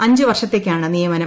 അഞ്ച് വർഷത്തേക്കാണ് നിയമനം